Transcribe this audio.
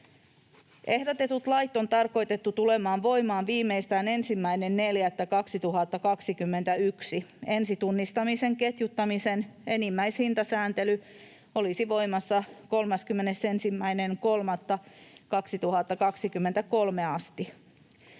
Ehdotetut lait on tarkoitettu tulemaan voimaan viimeistään 1.4.2021. Ensitunnistamisen ketjuttamisen enimmäishintasääntely olisi voimassa 31.3.2023 asti.